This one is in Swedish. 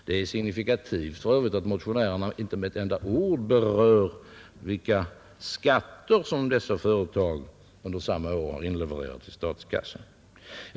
Det är för övrigt signifikativt att motionärerna inte med ett enda ord berör vilka skatter som dessa företag under samma år har inlevererat till statskassan.